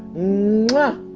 know